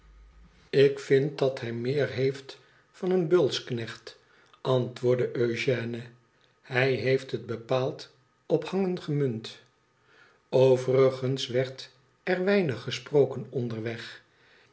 ik vind dat hij meer heeft van een beulsknecht antwoordde eugène hij heeft het bepaald op hangen gemunt overigens werd er weinig gesproken onderweg